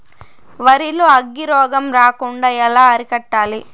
వరి లో అగ్గి రోగం రాకుండా ఎలా అరికట్టాలి?